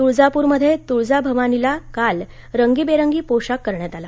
तुळजाप्रमध्ये तुळजा भवानीला काल रंगीबेरंगी पोशाख करण्यात आला